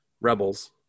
Rebels